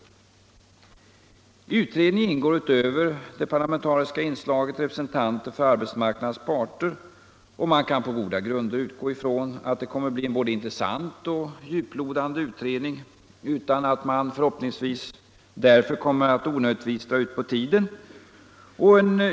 I utredningen ingår utöver det parlamentariska inslaget representanter för arbetsmarknadens parter, och man kan på goda grunder utgå från att det kommer att bli en både intressant och djuplodande utredning — förhoppningsvis utan att den därmed onödigtvis drar ut på tiden.